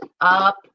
up